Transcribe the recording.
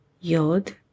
Yod